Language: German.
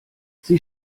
sie